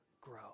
grow